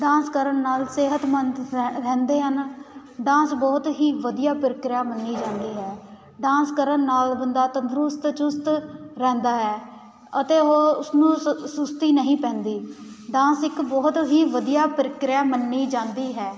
dance ਕਰਨ ਨਾਲ ਸਿਹਤਮੰਦ ਰਹਿ ਰਹਿੰਦੇ ਹਨ ਡਾਂਸ ਬਹੁਤ ਹੀ ਵਧੀਆ ਪ੍ਰਕਿਰਿਆ ਮੰਨੀ ਜਾਂਦੀ ਹੈ ਡਾਂਸ ਕਰਨ ਨਾਲ ਬੰਦਾ ਤੰਦਰੁਸਤ ਚੁਸਤ ਰਹਿੰਦਾ ਹੈ ਅਤੇ ਉਹ ਉਸਨੂੰ ਸ ਸੁਸਤੀ ਨਹੀਂ ਪੈਂਦੀ ਡਾਂਸ ਇੱਕ ਬਹੁਤ ਹੀ ਵਧੀਆ ਪ੍ਰਕਿਰਿਆ ਮੰਨੀ ਜਾਂਦੀ ਹੈ